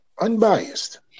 Unbiased